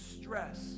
stress